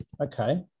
Okay